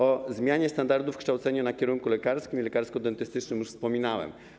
O zmianie standardów kształcenia na kierunku lekarskim i lekarsko-dentystycznym już wspominałem.